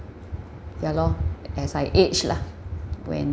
ya loh as I age lah when